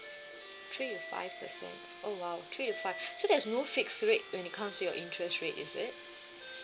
three to five percent oh !wow! three to five so there's no fixed rate when it comes to your interest rate is it